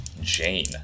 Jane